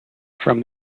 from